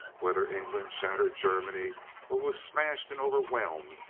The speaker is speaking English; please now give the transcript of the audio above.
whether england shattered germany or was smashed and overwhelmed,